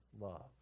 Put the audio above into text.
love